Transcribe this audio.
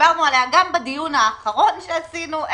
גם בדיון האחרון שעשינו.